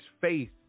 faith